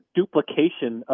duplication